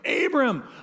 Abram